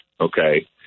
Okay